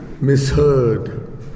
misheard